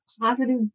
positive